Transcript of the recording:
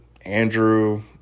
Andrew